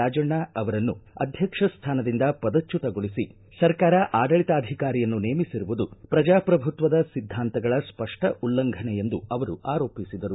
ರಾಜಣ್ಣ ಅವರನ್ನು ಅಧ್ಯಕ್ಷ ಸ್ಥಾನದಿಂದ ಪದಚ್ಚುತಗೊಳಿಸಿ ಸರ್ಕಾರ ಆಡಳಿತಾಧಿಕಾರಿಯನ್ನು ನೇಮಿಸಿರುವುದು ಪ್ರಜಾಪ್ರಭುತ್ವ ಸಿದ್ಧಾಂತಗಳ ಸ್ಪಷ್ಟ ಉಲ್ಲಂಘನೆ ಎಂದು ಅವರು ಆರೋಪಿಸಿದರು